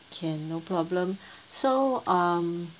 can no problem so um